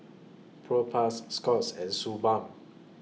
Propass Scott's and Suu Balm